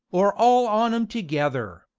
or all on em together.